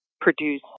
produce